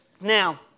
Now